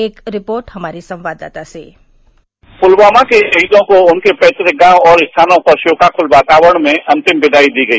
एक रिपोर्ट हमारे संवाददाता से प्लवामा के शहीदों को उनके पैतुक गांव और स्थानों पर शोकाकल वातावरण में अंतिम विदाई दी गई